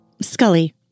Scully